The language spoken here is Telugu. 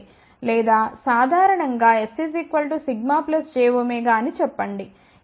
లేదా సాధారణం గా s jω అని చెప్పండి